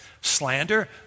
slander